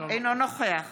אינו נוכח